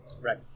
Right